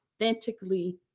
authentically